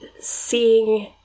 Seeing